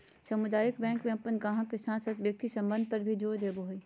सामुदायिक बैंक अपन गाहक के साथ व्यक्तिगत संबंध पर भी जोर देवो हय